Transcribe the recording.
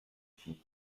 fille